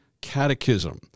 catechism